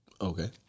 Okay